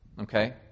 Okay